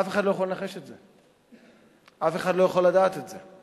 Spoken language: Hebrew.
אף אחד לא יכול לנחש את זה,